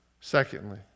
Secondly